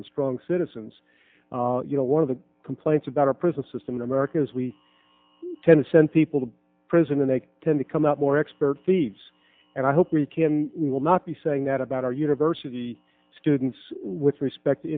and strong citizens you know one of the complaints about a prison system in america is we tend to send people to prison and they tend to come out more expert feeds and i hope we can we will not be saying that about our university students with respect